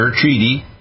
treaty